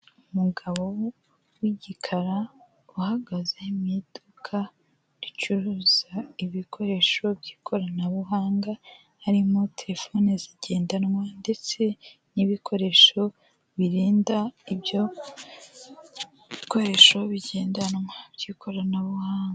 Umugabo w'igikara uhagaze mu iduka ricuruza ibikoresho by'ikoranabuhanga harimo terefone zigendanwa ndetse n'ibikoresho birinda ibyo bikoresho bigendanwa by'ikoranabuhanga.